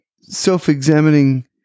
self-examining